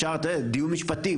אפשר לנהל דיון משפטי,